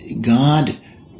God